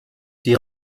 die